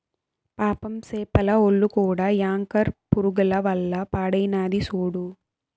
పాపం సేపల ఒల్లు కూడా యాంకర్ పురుగుల వల్ల పాడైనాది సూడు